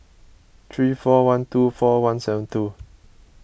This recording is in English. three four one two four one seven two